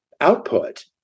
output